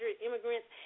immigrants